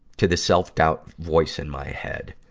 to the self-doubt voice in my head.